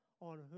on